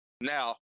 Now